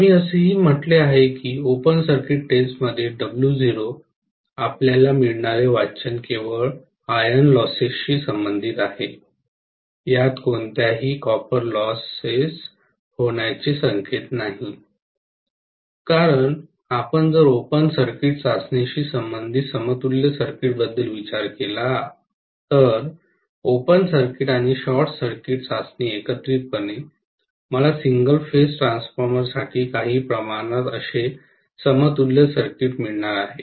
आम्ही असेही म्हटले आहे की ओपन सर्किट टेस्टमध्ये W0 आपल्याला मिळणारे वाचन केवळ आयर्न लॉसेस शी संबंधित आहे यात कोणत्याही कॉपर लॉसेस होण्याचे संकेत नाही कारण आपण जर ओपन सर्किट चाचणीशी संबंधित समतुल्य सर्किटबद्दल विचार केला तर ओपन सर्किट आणि शॉर्ट सर्किट चाचणी एकत्रितपणे मला सिंगल फेज ट्रान्सफॉर्मर साठी काही प्रमाणात असे समतुल्य सर्किट मिळणार आहे